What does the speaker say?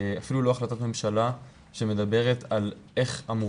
אפילו לא החלטת ממשלה שמדברת על איך אמור